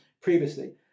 previously